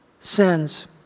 sins